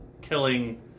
killing